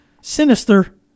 sinister